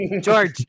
George